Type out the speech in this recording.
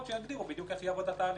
שיגדירו איך בדיוק יעבוד התהליך.